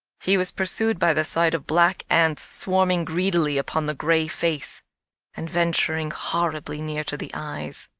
he was pursued by the sight of black ants swarming greedily upon the gray face and venturing horribly near to the eyes.